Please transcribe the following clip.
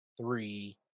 three